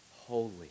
Holy